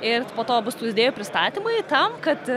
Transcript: ir po to bus tų idėjų pristatymai tam kad